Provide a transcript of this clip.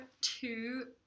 two